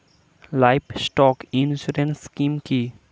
Livestock insurance scheme কি?